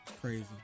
crazy